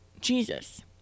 Jesus